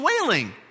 wailing